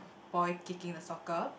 boy kicking the soccer